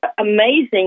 amazing